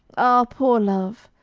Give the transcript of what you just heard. ah, poor love!